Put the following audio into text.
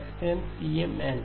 x n CM n